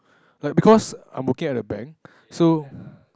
like because I'm working at the bank so